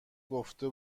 گفته